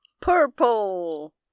purple